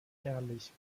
herrlich